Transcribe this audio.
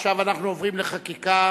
עכשיו אנחנו עוברים לחקיקה.